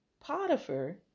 potiphar